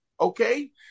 okay